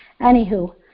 anywho